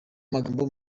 magambo